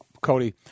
Cody